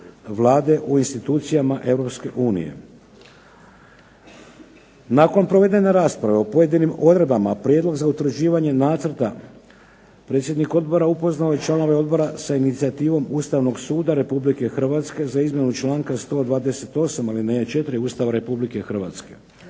Vlade u institucijama Europske unije. Nakon provedene rasprave o pojedinim odredbama prijedlog za utvrđivanje nacrta predsjednik odbora upoznao je članove odbora sa inicijativom Ustavnog suda Republike Hrvatske za izmjenu članka 128. alineje 4 Ustava Republike Hrvatske.